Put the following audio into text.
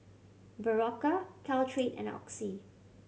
Berocca Caltrate and Oxy